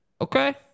Okay